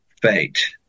fate